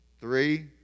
Three